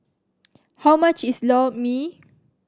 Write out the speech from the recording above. how much is Lor Mee